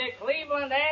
Cleveland